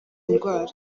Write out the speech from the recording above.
indwara